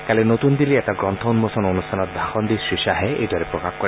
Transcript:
কালি নতুন দিল্লীৰ এটা গ্ৰন্থ উন্মোচন অনুষ্ঠানত ভাষণ দি শ্ৰীশ্বাহে এইদৰে প্ৰকাশ কৰে